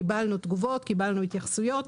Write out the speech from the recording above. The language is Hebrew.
קיבלנו תגובות, קיבלנו התייחסויות,